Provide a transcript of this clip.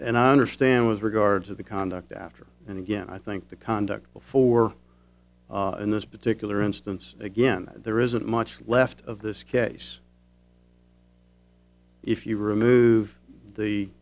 and i understand was regard to the conduct after and again i think the conduct before in this particular instance again there isn't much left of this case if you remove the